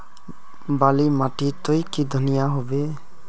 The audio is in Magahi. बाली माटी तई की धनिया होबे?